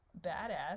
badass